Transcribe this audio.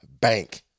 bank